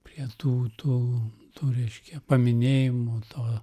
prie tų tų tų reiškia paminėjimų to